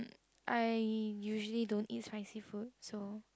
I usually don't eat spicy food so